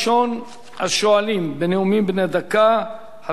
ראשון השואלים בנאומים בני דקה,